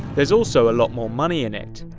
there's also a lot more money in it.